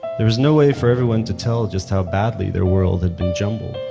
there was no way for everyone to tell just how badly their world had been jumbled.